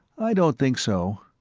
i don't think so.